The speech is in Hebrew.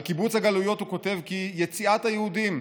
על קיבוץ הגלויות הוא כותב כי יציאת היהודים,